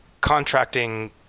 contracting